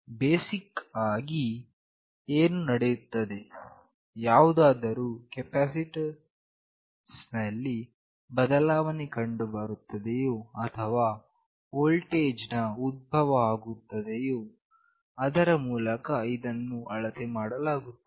basic ಆಗಿ ಏನು ನಡೆಯುತ್ತದೆ ಯಾವುದಾದರೂ ಕೆಪಾಸಿಟೆನ್ಸ್ ನಲ್ಲಿ ಬದಲಾವಣೆ ಕಂಡುಬರುತ್ತದೆಯೋ ಅಥವಾ ವೋಲ್ಟೇಜ್ ನ ಉಧ್ಬವ ಆಗುತ್ತದೆಯೋ ಅದರ ಮೂಲಕ ಇದನ್ನು ಅಳತೆ ಮಾಡಲಾಗುತ್ತದೆ